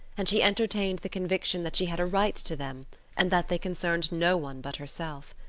and she entertained the conviction that she had a right to them and that they concerned no one but herself.